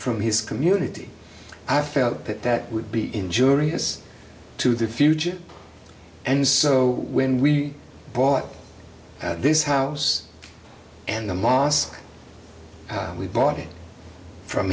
from his community i felt that that would be injurious to the future and so when we bought this house and the mosque we bought it from